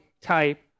type